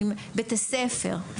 אם בית הספר,